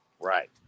Right